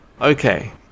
Okay